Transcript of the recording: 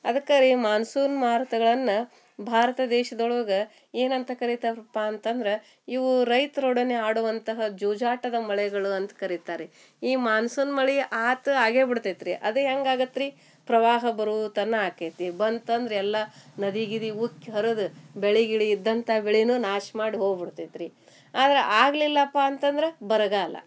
ಅದಕ್ಕೆ ರೀ ಮಾನ್ಸೂನ್ ಮಾರುತಗಳನ್ನ ಭಾರತ ದೇಶದೊಳಗ ಏನಂತ ಕರಿತಾರಪ್ಪಾ ಅಂತಂದ್ರೆ ಇವೂ ರೈತ್ರೊಡನೆ ಆಡುವಂತಹ ಜೂಜಾಟದ ಮಳೆಗಳು ಅಂತ ಕರಿತ್ತಾರೆ ಈ ಮಾನ್ಸೂನ್ ಮಳಿ ಆತು ಆಗೇ ಬಿಡ್ತೈತ್ರಿ ಅದು ಹೆಂಗೆ ಆಗುತ್ರಿ ಪ್ರವಾಹ ಬರೂತನ ಆಕೈತಿ ಬಂತ ಅಂದ್ರೆ ಎಲ್ಲ ನದಿ ಗಿದಿ ಉಕ್ಕಿ ಹರುದ್ ಬೆಳಿ ಗಿಳಿ ಇದ್ದಂಥ ಬೆಳಿನು ನಾಶ ಮಾಡಿ ಹೋಗಿ ಬಿಡ್ತೈತ್ರೀ ಆದ್ರ ಆಗ್ಲಿಲಪ್ಪಾ ಅಂತಂದ್ರೆ ಬರಗಾಲ